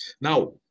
Now